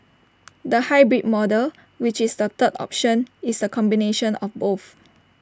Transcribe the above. the hybrid model which is the third option is A combination of both